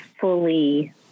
fully